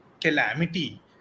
calamity